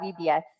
VBS